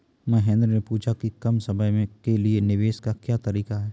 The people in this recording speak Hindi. महेन्द्र ने पूछा कि कम समय के लिए निवेश का क्या तरीका है?